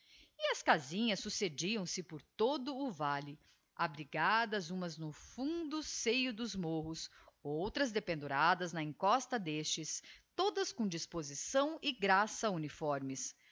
e as casinhas succediam-se por todo o valle abrigadas umas no fundo seio dos morros outras dependuradas na encosta d'estes todas com disposição e graça uniformes